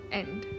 end